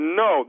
no